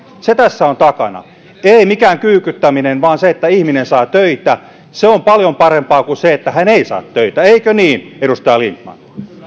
se tässä on takana ei mikään kyykyttäminen vaan se että ihminen saa töitä se on paljon parempaa kuin se että hän ei saa töitä eikö niin edustaja lindtman